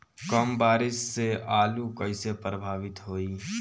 कम बारिस से आलू कइसे प्रभावित होयी?